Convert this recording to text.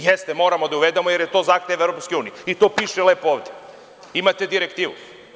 Jeste, moramo da je uvedemo, jer je to zahtev Evropske unije i to piše lepo ovde, imate direktivu.